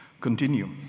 continue